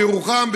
בירוחם,